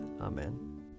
Amen